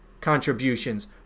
contributions